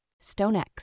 Stonex